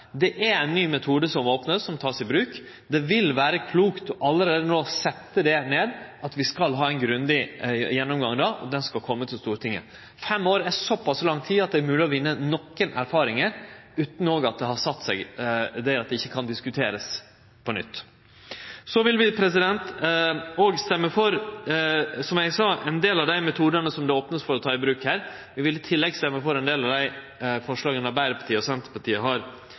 Det er ein ny metode som det vert opna for å ta i bruk. Det vil vere klokt om ein alt no fastset at vi skal ha ein grundig gjennomgang då, og han skal kome til Stortinget. Fem år er såpass lang tid at det er mogleg å vinne nokre erfaringar utan at noko har sett seg så mykje at ein ikkje kan diskutere det på nytt. Som eg sa, vil vi òg stemme for ein del av dei metodane som det vert opna for å ta i bruk. Vi vil i tillegg stemme for dei forslaga som Arbeidarpartiet og Senterpartiet har